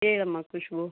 ಹೇಳಮ್ಮ ಕುಷ್ಬು